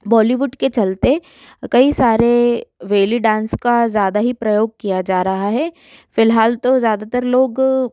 बॉलीवुड के चलाते कई सारे वेली डांस का ज़्यादा ही प्रयोग किया जा रहा हैं फिलहाल तो ज़्यादातर लोग